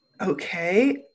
okay